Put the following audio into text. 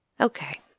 Okay